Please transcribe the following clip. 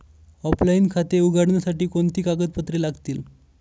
Offline खाते उघडण्यासाठी कोणती कागदपत्रे लागतील?